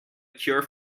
cure